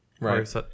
Right